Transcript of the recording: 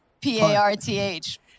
P-A-R-T-H